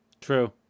True